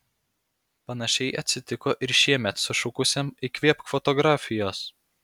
panašiai atsitiko ir šiemet sušukusiam įkvėpk fotografijos